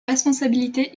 responsabilité